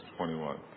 21